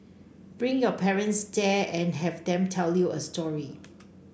bring your parents there and have them tell you a story